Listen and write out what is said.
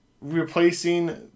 replacing